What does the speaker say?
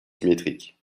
symétriques